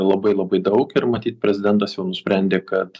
labai labai daug ir matyt prezidentas jau nusprendė kad